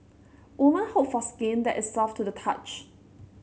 woman hope for skin that is soft to the touch